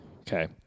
okay